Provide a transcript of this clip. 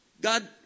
God